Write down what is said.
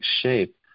shape